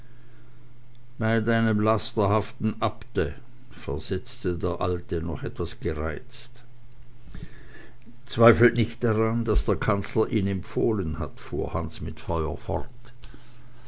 bei deinem lasterhaften abte versetzte der alte noch etwas gereizt zweifelt nicht daran daß der kanzler ihn empfohlen hat fuhr hans mit feuer fort